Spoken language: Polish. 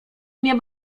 mnie